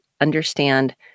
understand